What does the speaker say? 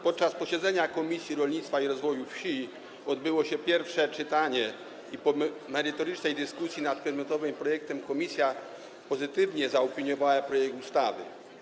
Podczas posiedzenia Komisji Rolnictwa i Rozwoju Wsi odbyło się pierwsze czytanie i po merytorycznej dyskusji nad przedmiotowym projektem komisja pozytywnie zaopiniowała projekt ustawy.